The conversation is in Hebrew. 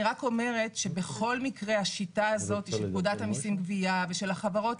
אני רק אומרת שבכל מקרה השיטה הזאת של פקודת המיסים (גבייה) ושל החברות,